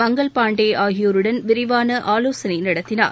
மங்கல் பாண்டேஆகியோருடன் விரிவானஆலோசனைநடத்தினார்